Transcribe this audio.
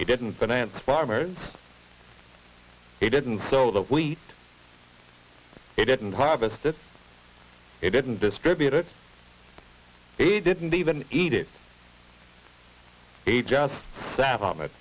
he didn't finance farmers he didn't sell the wheat he didn't harvest it he didn't distribute it he didn't even eat it he just sat on it